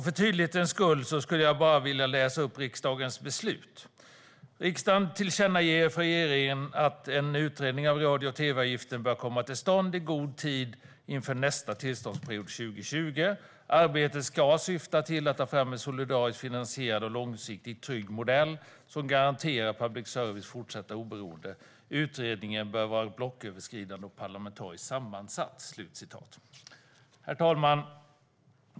För tydlighetens skull vill jag läsa upp vad det står i det betänkande som bifölls: "Riksdagen tillkännager för regeringen att en utredning av radio och tv-avgiften bör komma till stånd i god tid inför nästa tillståndsperiod 2020. - Arbetet ska syfta till att ta fram en solidariskt finansierad och långsiktigt trygg modell som garanterar public services fortsatta oberoende. Utredningen bör vara blocköverskridande och parlamentariskt sammansatt." Herr talman!